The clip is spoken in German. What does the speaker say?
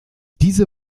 diese